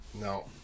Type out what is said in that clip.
No